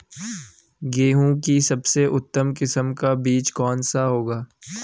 गेहूँ की सबसे उत्तम किस्म का बीज कौन सा होगा?